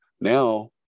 now